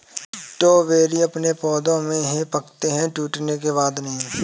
strawberry अपने पौधे में ही पकते है टूटने के बाद नहीं